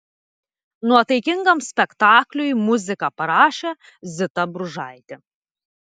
nuotaikingam spektakliui muziką parašė zita bružaitė